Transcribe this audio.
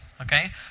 Okay